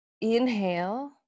Inhale